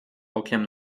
okiem